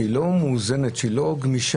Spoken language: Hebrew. שהוא לא מאוזן, לא גמיש.